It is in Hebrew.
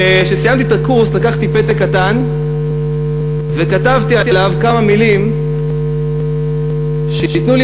וכשסיימתי את הקורס לקחתי פתק קטן וכתבתי עליו כמה מילים שייתנו לי